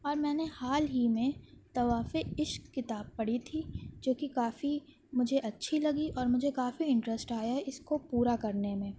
اور میں نے حال ہی میں طوافِ عشق کتاب پڑھی تھی جوکہ کافی مجھے اچھی لگی اور مجھے کافی انٹرسٹ آیا اس کو پورا کرنے میں